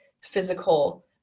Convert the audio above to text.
physical